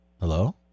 Hello